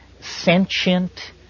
sentient